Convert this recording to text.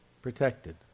Protected